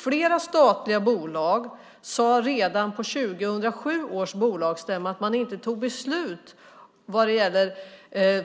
Flera statliga bolag sade redan på 2007 års bolagsstämmor att man inte tog beslut vad gäller